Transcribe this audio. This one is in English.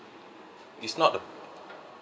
it's not a